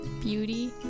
Beauty